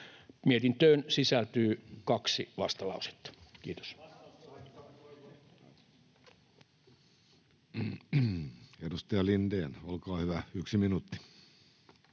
Mietintöön sisältyy kaksi vastalausetta. — Kiitos.